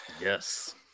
Yes